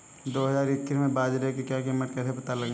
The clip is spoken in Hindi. दो हज़ार इक्कीस में बाजरे की क्या कीमत थी कैसे पता लगाएँ?